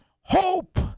Hope